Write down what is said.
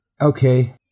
Okay